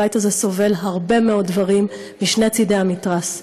והבית הזה סובל הרבה מאוד דברים משני צדי המתרס.